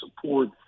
support